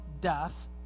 death